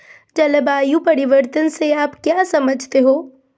जलवायु परिवर्तन से आप क्या समझते हैं?